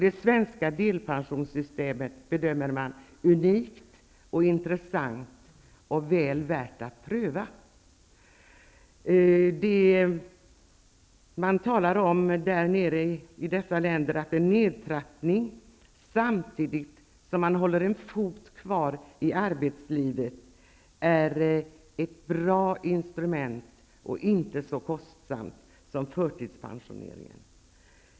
Det svenska delpensionssystemet bedömer man som unikt och intressant och väl värt att pröva. Det talas i de här andra länderna om att en nedtrappning med en fot kvar i arbetslivet är ett bra instrument, och att det inte är lika kostsamt som förtidspensioneringen.